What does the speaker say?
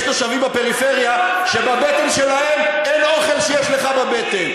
יש תושבים בפריפריה שבבטן שלהם אין אוכל שיש לך בבטן.